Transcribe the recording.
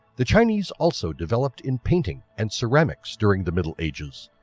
the chinese also developed in painting and ceramics during the middle ages.